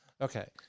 Okay